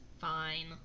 Fine